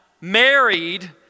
married